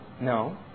No